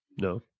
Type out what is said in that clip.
no